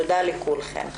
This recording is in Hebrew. תודה לכולכם.